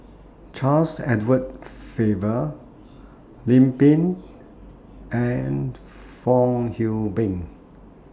Charles Edward Faber Lim Pin and Fong Hoe Beng